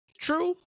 true